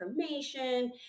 information